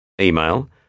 Email